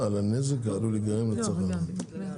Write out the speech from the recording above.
לא הבנתי.